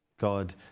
God